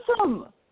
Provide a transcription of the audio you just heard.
awesome